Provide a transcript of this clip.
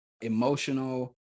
Emotional